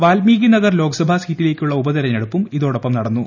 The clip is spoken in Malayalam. വാൽമീകി നഗർ ലോക്സഭാ സീറ്റിലേക്കുള്ള ഉപതിരഞ്ഞെടുപ്പും ഇതോടൊപ്പം നടന്നു